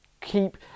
Keep